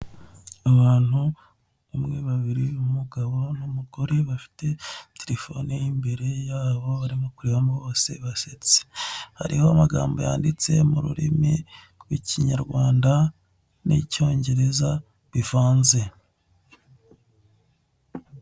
Abantu umwe, babiri umugabo n'umugore bafite terefone yimbere yabo bose basetse hariho amagambo yanditse mu ururimi rw'ikinyarwanda n'icyongereza bivanze.